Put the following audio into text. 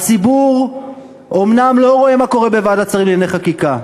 הציבור אומנם לא רואה מה קורה בוועדת השרים לענייני חקיקה,